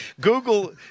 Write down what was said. Google